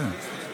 קדימה.